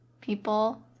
people